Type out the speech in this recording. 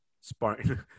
Spartan